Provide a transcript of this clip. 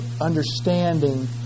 understanding